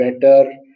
better